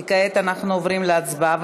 כי כעת אנחנו עוברים להצבעה.